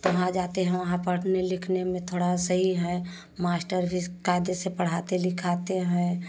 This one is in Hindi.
तो वहाँ जातें हैं वहाँ पढ़ने लिखने में थोड़ा सही है मास्टर भी कायदे से पढ़ाते लिखाते हैं